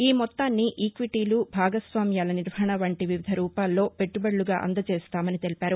ఈమొత్తాన్ని ఈక్విటీలు భాగస్వామ్యాల నిర్వహణ వంటి వివిధ రూపాల్లో పెట్లుబడులుగా అందజేస్తామని తెలిపారు